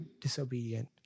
disobedient